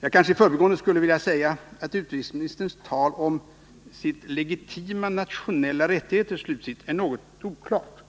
Jag kanske i förbigående skulle vilja säga att utrikesministerns tal om ”legitima nationella rättigheter” är något oklart.